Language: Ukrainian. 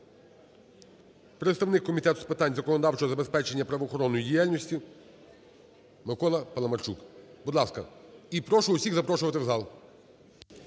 Представник Комітету з питань законодавчого забезпечення правоохоронної діяльності Микола Паламарчук, будь ласка. І прошу всіх запрошувати в зал.